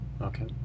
Okay